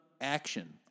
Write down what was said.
action